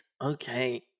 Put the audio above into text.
Okay